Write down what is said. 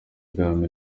bwami